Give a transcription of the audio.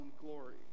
glory